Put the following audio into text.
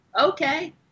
okay